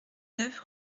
neuf